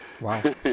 Wow